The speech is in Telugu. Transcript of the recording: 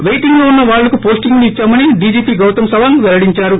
వెయిటింగ్లో ఉన్న వాళ్లకు పోస్టింగ్లు ఇచ్చామని డీజీపీ గౌతమ్ సవాంగ్ పెల్లడించారు